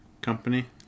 company